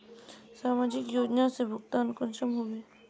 समाजिक योजना से भुगतान कुंसम होबे?